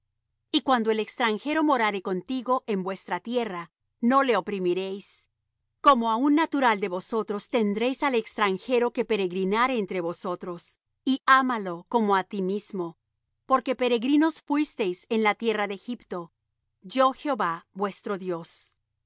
y cuando el extranjero morare contigo en vuestra tierra no le oprimiréis como á un natural de vosotros tendréis al extranjero que peregrinare entre vosotros y ámalo como á ti mismo porque peregrinos fuisteis en la tierra de egipto yo jehová vuestro dios